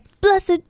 Blessed